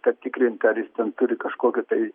patikrinti ar jis ten turi kažkokių tai